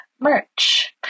merch